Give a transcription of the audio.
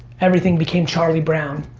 everything became charlie brown.